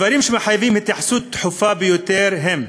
הדברים שמחייבים התייחסות דחופה ביותר הם: